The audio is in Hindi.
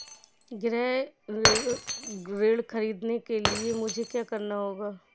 गृह ऋण ख़रीदने के लिए मुझे क्या करना होगा?